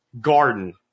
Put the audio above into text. garden